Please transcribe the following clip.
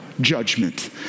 judgment